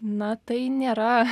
na tai nėra